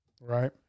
right